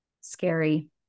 scary